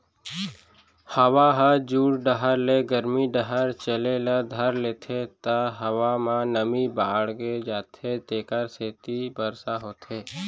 हवा ह जुड़ डहर ले गरमी डहर चले ल धर लेथे त हवा म नमी बाड़गे जाथे जेकर सेती बरसा होथे